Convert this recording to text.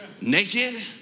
naked